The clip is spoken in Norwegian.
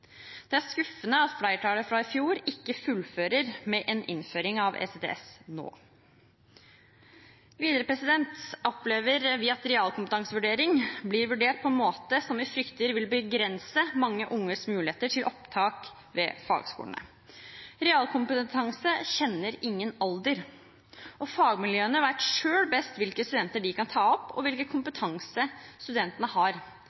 Det er skuffende at flertallet fra i fjor ikke fullfører med en innføring av ECTS nå. Videre opplever vi at realkompetanse blir vurdert på en måte som vi frykter vil begrense mange unges muligheter til opptak ved fagskolene. Realkompetanse kjenner ingen alder. Fagmiljøene vet selv best hvilke studenter de kan ta opp, og hvilken kompetanse studentene har.